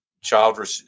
child